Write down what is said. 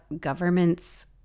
governments